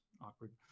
awkward